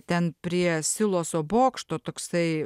ten prie siloso bokšto toksai